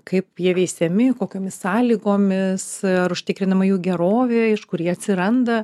kaip jie veisiami kokiomis sąlygomis užtikrinama jų gerovė iš kur jie atsiranda